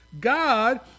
God